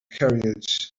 carriage